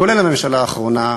כולל הממשלה האחרונה,